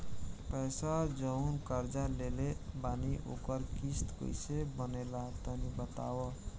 पैसा जऊन कर्जा लेले बानी ओकर किश्त कइसे बनेला तनी बताव?